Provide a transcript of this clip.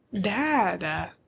Dad